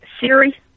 Siri